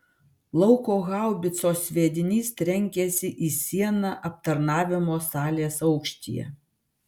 lauko haubicos sviedinys trenkėsi į sieną aptarnavimo salės aukštyje